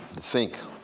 think,